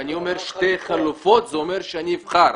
כשאני אומר שתי חלופות, זה אומר שאני אבחר.